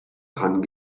kann